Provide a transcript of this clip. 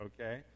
okay